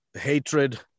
hatred